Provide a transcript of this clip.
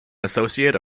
associate